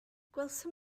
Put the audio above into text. gwelsom